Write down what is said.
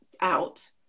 out